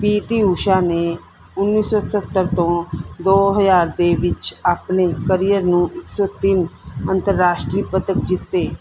ਪੀ T Usha ਨੇ ਉੱਨੀ ਸੌ ਸਤੱਤਰ ਤੋਂ ਦੋ ਹਜ਼ਾਰ ਦੇ ਵਿੱਚ ਆਪਣੇ ਕਰੀਅਰ ਨੂੰ ਇੱਕ ਸੌ ਤਿੰਨ ਅੰਤਰਰਾਸ਼ਟਰੀ ਪਦਕ ਜਿੱਤੇ